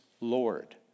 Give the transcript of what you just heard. Lord